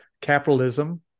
capitalism